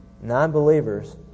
non-believers